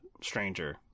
stranger